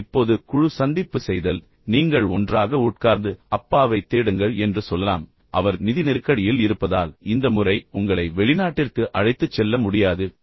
இப்போது குழு சந்திப்பு செய்தல் நீங்கள் ஒன்றாக உட்கார்ந்து அப்பாவைத் தேடுங்கள் என்று சொல்லலாம் அவர் நிதி நெருக்கடியில் இருப்பதால் இந்த முறை உங்களை வெளிநாட்டிற்கு அழைத்துச் செல்ல முடியாது அது உண்மை